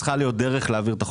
צריכה להיות דרך להעביר את החוקים.